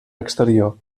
exterior